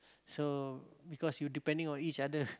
so because you depending on each other